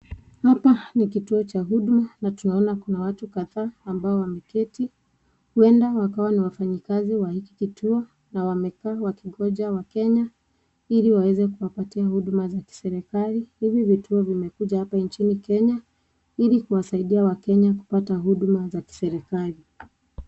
Hapa ni kituo cha huduma na tunaona kuna watu kadhaa ambao wameketi , huenda wakawa ni wafanyakazi wa hiki kituo na wamekaa wakingoja wakenya ili waweze kuwapatia huduma za kiserikali. Hivi vituo vimekuja hapa nchini Kenya ili kuwasaidia wakenya kupata huduma za kiserikali.